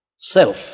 Self